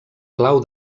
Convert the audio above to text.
clau